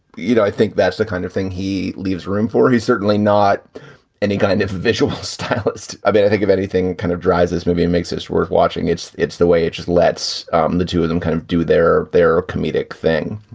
you know, i think that's the kind of thing he leaves room for. he's certainly not any kind of visual stylist. i mean, i think of anything kind of dreiser's maybe it makes us worth watching. it's it's the way it just lets um the two of them kind of do their their comedic thing.